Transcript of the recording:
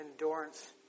endurance